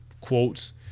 quotes